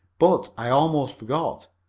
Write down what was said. but, i almost forgot.